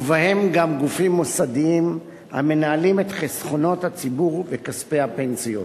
ובהם גם גופים מוסדיים המנהלים את חסכונות הציבור וכספי הפנסיות.